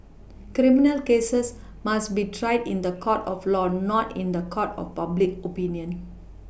criminal cases must be tried in the court of law not in the court of public oPinion